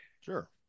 Sure